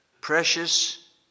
Precious